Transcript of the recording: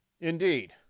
Indeed